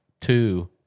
two